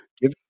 give